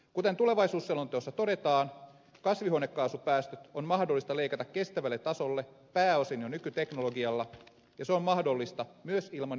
kuten tulevaisuusselonteossa todetaan kasvihuonekaasupäästöt on mahdollista leikata kestävälle tasolle pääosin jo nykyteknologialla ja se on mahdollista myös ilman ydinvoiman lisärakentamista